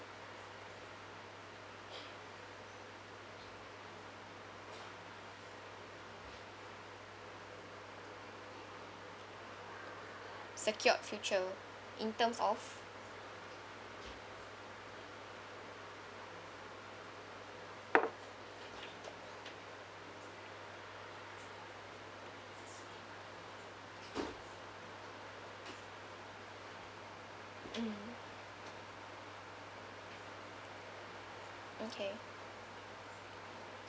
secured future in terms of mm okay